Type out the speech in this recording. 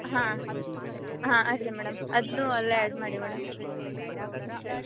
ಹಾಂ ಹಾಂ ಅಡ್ಡಿಲ್ಲ ಮೇಡಮ್ ಅದನ್ನೂ ಅಲ್ಲೇ ಆ್ಯಡ್ ಮಾಡಿ ಮೇಡಮ್ ಅಷ್ಟೇ